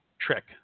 trick